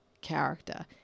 character